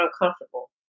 uncomfortable